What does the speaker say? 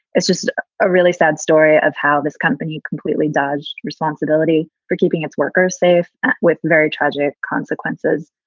it's just a really sad story of how this company completely dodged responsibility for keeping its workers safe with very tragic consequences.